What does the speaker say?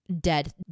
dead